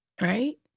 right